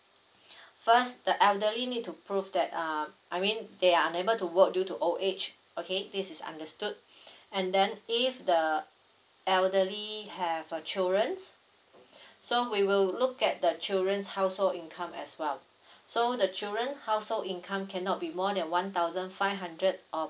first the elderly need to prove that um I mean they are unable to work due to old age okay this is understood and then if the elderly have a children so we will look at the children's household income as well so the children household income cannot be more than one thousand five hundred or